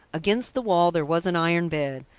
against the wall there was an iron bed,